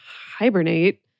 hibernate